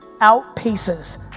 outpaces